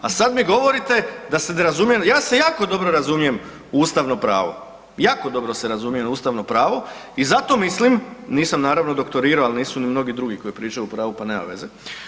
A sad mi govorite da se ne razumijem, ja se jako dobro razumije u ustavno pravo, jako dobro se razumijem u ustavno pravo i zato mislim, nisam naravno doktorirao, ali nisu ni mnogi drugi koji pričaju o pravu, pa nema veze.